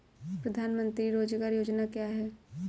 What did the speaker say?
प्रधानमंत्री रोज़गार योजना क्या है?